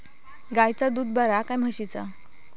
गायचा दूध बरा काय म्हशीचा?